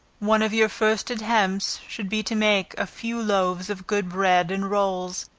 one of your first attempts should be to make a few loaves of good bread and rolls,